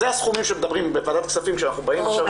זה הסכומים שמדברים בוועדת כספים שאנחנו באים עכשיו,